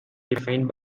defined